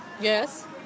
Yes